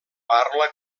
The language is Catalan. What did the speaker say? parla